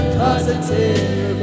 positive